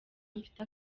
mfite